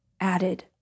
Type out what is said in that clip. added